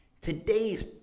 Today's